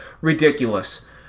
ridiculous